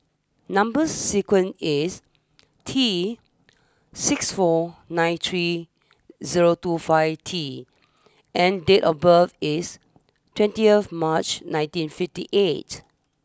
number sequence is T six four nine three zero two five T and date of birth is twenty of March nineteen fifty eight